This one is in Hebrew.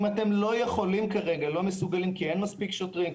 אם אתם לא מסוגלים כרגע כי אין מספיק שוטרים,